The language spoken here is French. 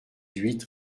huit